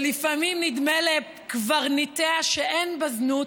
שלפעמים נדמה לקברניטיה שאין בה זנות,